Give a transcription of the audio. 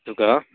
ꯑꯗꯨꯒ